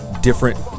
different